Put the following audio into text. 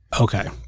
okay